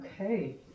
okay